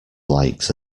likes